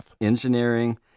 engineering